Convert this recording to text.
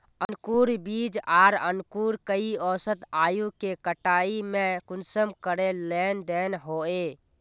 अंकूर बीज आर अंकूर कई औसत आयु के कटाई में कुंसम करे लेन देन होए?